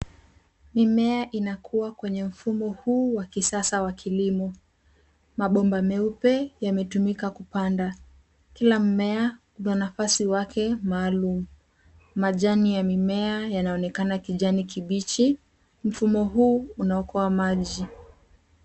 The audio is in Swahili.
Mimea inakua kwenye mfumo huu wa kisasa wa kilimo. Mabomba meupe yametumika kupanda. Kila mmea una nafasi wake maalumu. Majani ya mimea yanaonekana kijani kibichi. Mfumo huu unaokoa maji.